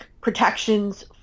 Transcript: protections